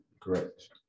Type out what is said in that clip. correct